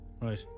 right